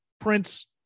Prince